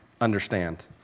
understand